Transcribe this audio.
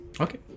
Okay